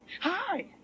Hi